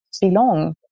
belong